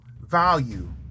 value